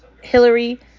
Hillary